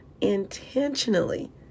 intentionally